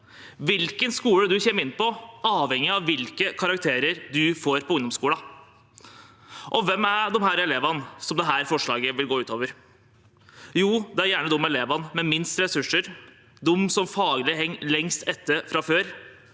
Hvilken skole man kommer inn på, avhenger av hvilke karakterer man får på ungdomsskolen. Hvem er elevene dette forslaget vil gå ut over? Jo, det er gjerne de elevene med minst ressurser, de som faglig henger lengst etter fra før,